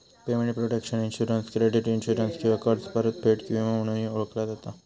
payment protection insurance credit insurance किंवा कर्ज परतफेड विमो म्हणूनही ओळखला जाता